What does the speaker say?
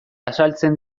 azaltzen